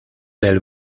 del